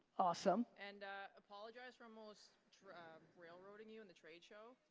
awesome. and apologize for almost railroading you in the trade show.